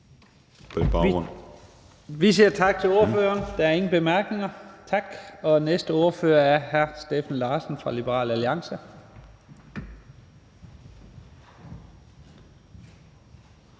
Vi siger tak til ordføreren. Der er ingen korte bemærkninger. Næste ordfører er hr. Steffen Larsen fra Liberal Alliance.